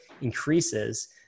increases